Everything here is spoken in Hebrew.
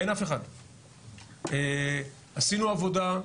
עשינו עבודה,